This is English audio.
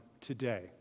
today